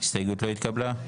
ההסתייגות לא התקבלה.